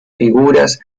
figuras